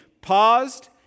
paused